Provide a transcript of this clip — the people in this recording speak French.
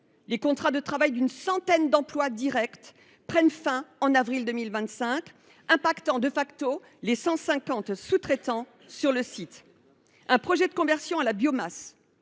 Les contrats de travail d’une centaine d’emplois directs prennent fin en avril 2025, ce qui affecte les 150 sous traitants présents sur le site. Un projet de conversion à la biomasse